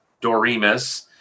Doremus